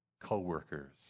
co-workers